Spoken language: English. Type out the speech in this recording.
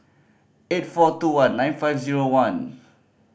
eight four two one nine five zero one